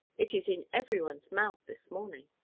it is in every one's mouth this morning.